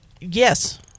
Yes